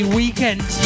weekend